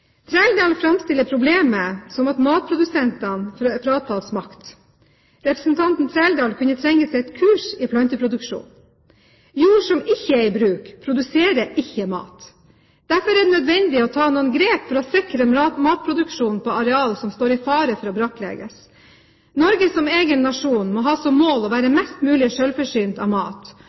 Trældal framstiller problemet som at matprodusentene fratas makt. Representanten Trældal kunne trenge et kurs i planteproduksjon. Jord som ikke er i bruk, produserer ikke mat. Derfor er det nødvendig å ta noen grep for å sikre matproduksjon på areal som står i fare for å brakklegges. Norge som egen nasjon må ha som mål å være mest mulig selvforsynt med mat, og i dag importerer vi om lag halvparten av